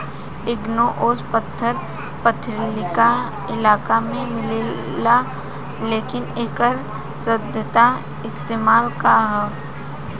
Igneous पत्थर पथरीली इलाका में मिलेला लेकिन एकर सैद्धांतिक इस्तेमाल का ह?